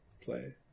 play